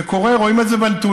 זה קורה, רואים את זה בנתונים,